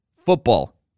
football